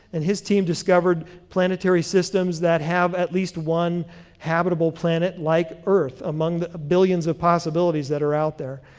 and his team discovered planetary systems that have at least one habitable planet like earth among the billions of possibilities that are out there.